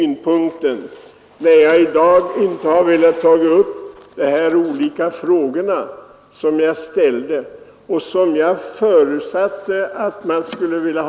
När jag ställde mina frågor förutsatte jag att en proposition skulle framläggas.